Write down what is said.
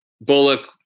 Bullock